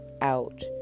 out